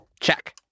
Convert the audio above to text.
Check